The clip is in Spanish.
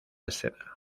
escena